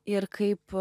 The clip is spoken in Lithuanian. ir kaip